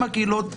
עם הקהילות,